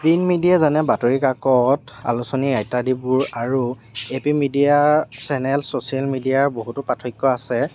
print media যেনে বাতৰি কাকত আলোচনী ইত্যাদিবোৰ আৰু এ পি মিডিয়া চেনেল চচিয়েল মিডিয়াৰ বহুতো পাৰ্থক্য আছে